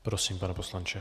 Prosím, pane poslanče.